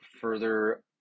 further